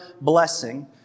blessing